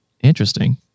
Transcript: Interesting